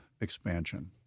expansion